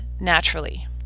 naturally